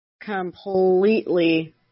Completely